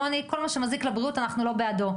כל מה שמזיק לבריאות אנחנו לא בעדו.